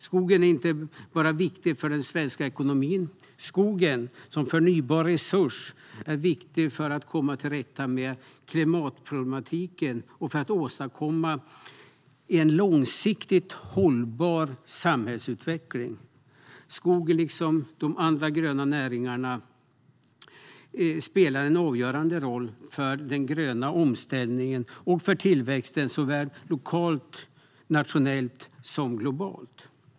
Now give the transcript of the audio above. Skogen är inte bara viktig för den svenska ekonomin; skogen som förnybar resurs är viktig för att komma till rätta med klimatproblematiken och för att åstadkomma en långsiktigt hållbar samhällsutveckling. Skogen spelar liksom de andra gröna näringarna en avgörande roll för den gröna omställningen och för tillväxten såväl lokalt och nationellt som globalt.